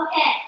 Okay